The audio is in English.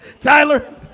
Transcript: Tyler